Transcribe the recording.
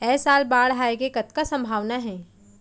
ऐ साल बाढ़ आय के कतका संभावना हे?